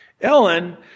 Ellen